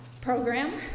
program